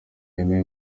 yemewe